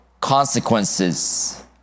consequences